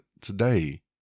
today